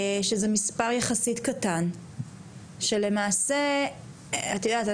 שזה מספר יחסית קטן שלמעשה את יודעת,